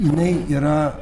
jinai yra